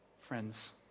Friends